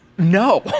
No